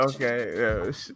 okay